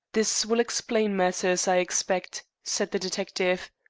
this will explain matters, i expect, said the detective.